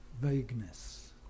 Vagueness